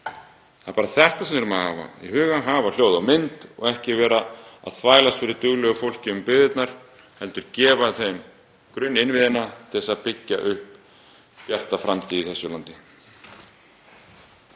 Það er bara þetta sem þarf að hafa í huga, að hafa hljóð og mynd og ekki vera að þvælast fyrir duglegu fólki um byggðirnar heldur gefa því grunninnviðina til að byggja upp bjarta framtíð í þessu landi.